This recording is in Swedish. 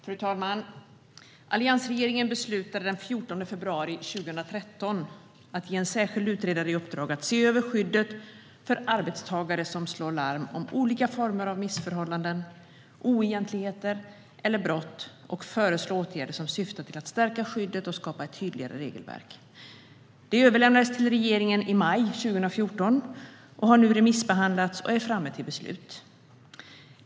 Fru talman! Alliansregeringen beslutade den 14 februari 2013 att ge en särskild utredare i uppdrag att se över skyddet för arbetstagare som slår larm om olika former av missförhållanden, oegentligheter eller brott och föreslå åtgärder som syftar till att stärka skyddet och skapa ett tydligare regelverk. Förslaget överlämnades till regeringen i maj 2014 och har nu remissbehandlats och är framme till beslut.